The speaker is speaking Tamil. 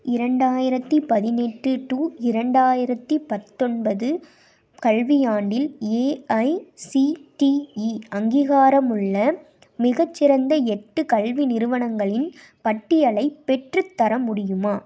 இரண்டாயிரத்தி பதினெட்டு டு இரண்டாயிரத்தி பத்தொன்பது கல்வியாண்டில் ஏஐசிடிஇ அங்கீகாரமுள்ள மிகச்சிறந்த எட்டு கல்வி நிறுவனங்களின் பட்டியலை பெற்றுத்தர முடியுமா